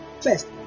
First